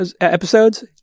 episodes